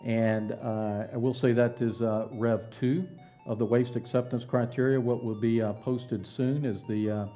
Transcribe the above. and i will say that is a rev two of the waste acceptance criteria, what will be posted soon as the